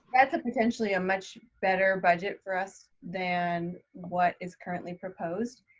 that's a potentially a much better budget for us than what is currently proposed.